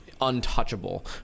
untouchable